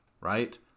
right